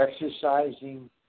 exercising